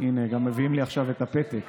גם מביאים לי עכשיו את הפתק